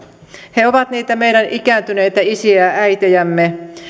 he ovat niitä meidän ikääntyneitä isiämme ja äitejämme